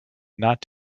not